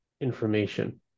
information